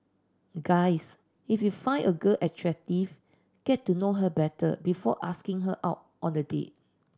guys if you find a girl attractive get to know her better before asking her out on the date